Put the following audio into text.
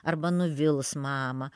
arba nuvils mamą